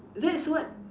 that is what